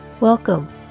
Welcome